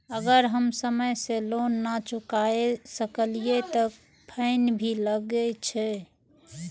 अगर हम समय से लोन ना चुकाए सकलिए ते फैन भी लगे छै?